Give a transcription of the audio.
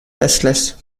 restless